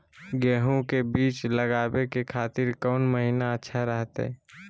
गेहूं के बीज लगावे के खातिर कौन महीना अच्छा रहतय?